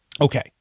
Okay